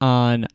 on